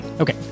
Okay